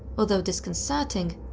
although disconcerting,